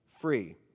free